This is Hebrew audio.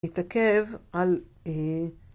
מתעכב על